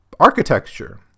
Architecture